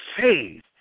faith